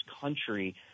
country